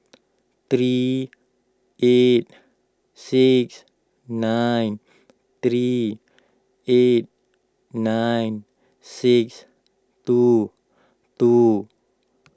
three eight six nine three eight nine six two two